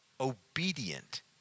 obedient